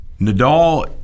Nadal